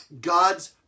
God's